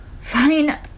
Fine